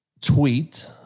tweet